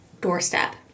doorstep